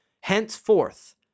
Henceforth